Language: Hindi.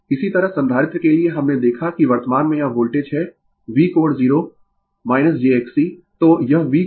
इसी तरह संधारित्र के लिए हमने देखा कि वर्तमान में यह वोल्टेज है V कोण 0 jXC